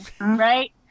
Right